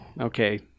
Okay